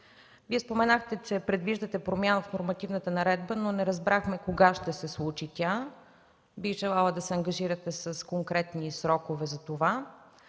Вие споменахте, че предвиждате промяна в нормативната наредба, но не разбрахме кога ще се случи тя. Бих желала да се ангажирате с конкретни срокове.